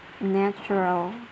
natural